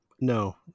No